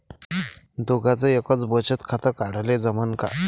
दोघाच एकच बचत खातं काढाले जमनं का?